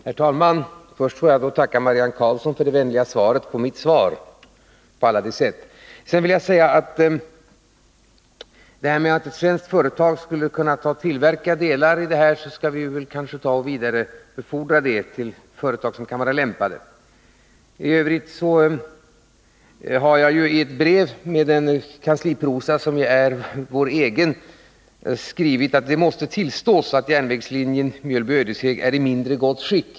Herr talman! Först får jag tacka Marianne Karlsson för den på alla sätt vänliga kommentaren till mitt svar. Sedan vill jag säga att idén att ett svenskt företag skulle kunna tillverka sådana här delar skall vi vidarebefordra till företag som kan vara I övrigt har jag i ett brev, med den kansliprosa som är vår egen, skrivit att det måste tillstås att järnvägslinjen Mjölby-Ödeshög är i mindre gott skick.